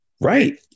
Right